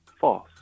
False